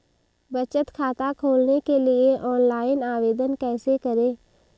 बचत खाता खोलने के लिए ऑनलाइन आवेदन कैसे करें?